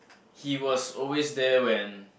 he was always there when